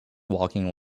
walking